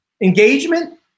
engagement